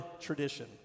tradition